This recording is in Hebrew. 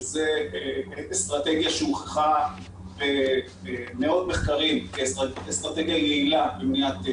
שזו אסטרטגיה שהוכחה במאות מחקרים כאסטרטגיה יעילה למניעת אובדנות,